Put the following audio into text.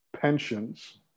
pensions